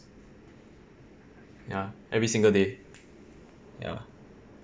ya every single day ya